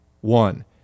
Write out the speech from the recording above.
One